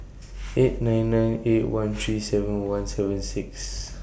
eight nine nine eight one three seven one seven six